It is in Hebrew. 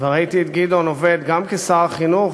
וראיתי את גדעון עובד גם כשר החינוך,